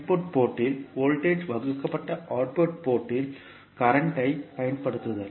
input port இல் voltage வகுக்கப்பட்ட output port இல் கரண்ட் ஐப் பயன்படுத்துதல்